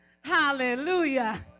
Hallelujah